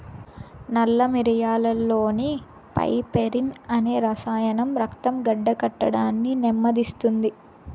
నల్ల మిరియాలులోని పైపెరిన్ అనే రసాయనం రక్తం గడ్డకట్టడాన్ని నెమ్మదిస్తుంది